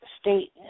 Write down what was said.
State